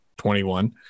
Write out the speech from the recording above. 21